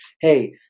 hey